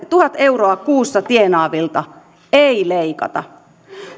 tuhat euroa kuussa tienaavilta ei leikata